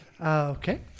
Okay